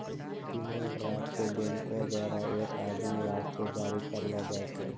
demand draft क बैंको द्वारा एक आदमी वास्ते जारी करलो जाय छै